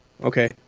Okay